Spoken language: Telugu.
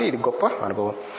కాబట్టి ఇది గొప్ప అనుభవం